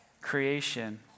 creation